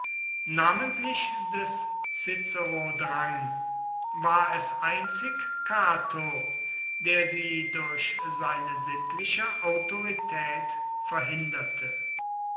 namentlich des cicero drang war es einzig cato der sie durch seine sittliche autorität verhinderte